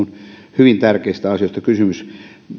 hyvin tärkeistä asioista kysymys